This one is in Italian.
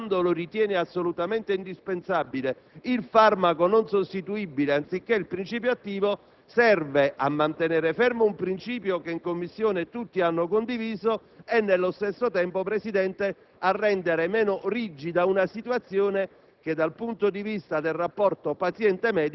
al medico di poter prescrivere, quando lo ritiene assolutamente indispensabile, il farmaco non sostituibile anziché il principio attivo, serve a mantenere fermo un principio che in Commissione tutti hanno condiviso e, nello stesso tempo, Presidente, a rendere meno rigida una situazione